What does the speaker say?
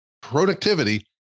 productivity